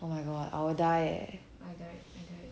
oh my god I'll die eh